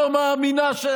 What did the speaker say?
לא מאמינה.